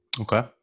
Okay